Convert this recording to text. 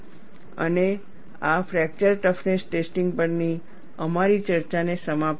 અને આ fracture toughness testing પરની અમારી ચર્ચાને સમાપ્ત કરે છે